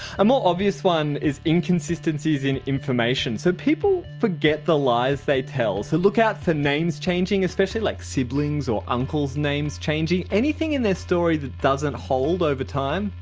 a more obvious one is inconsistencies in information. so people forget the lies they tell, so look out for names changing especially like siblings or uncles names changing, anything in their story that doesn't hold over time,